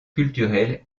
culturel